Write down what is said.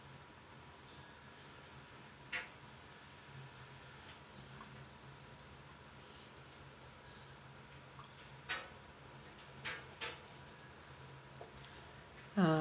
uh